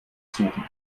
suchen